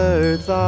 earth